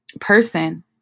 person